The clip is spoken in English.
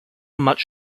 much